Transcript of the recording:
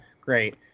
Great